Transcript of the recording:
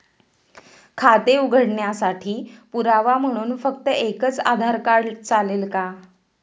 खाते उघडण्यासाठी पुरावा म्हणून फक्त एकच आधार कार्ड चालेल का?